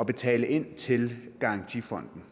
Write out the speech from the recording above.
at betale ind til garantifonden.